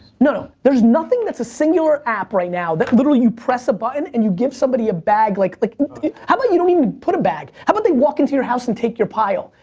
no, no, there's nothing that's a singular app right now that literally you press a button and you give somebody a bag, like, like how about you don't even put a bag? how about they walk into your house and take your pile?